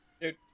Dude